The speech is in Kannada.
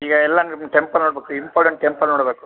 ಈಗ ಎಲ್ಲ ನಿಮ್ಗ ಟೆಂಪಲ್ ನೋಡಬೇಕು ಇಂಪಾರ್ಟೆಂಟ್ ಟೆಂಪಲ್ ನೋಡಬೇಕು